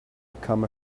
become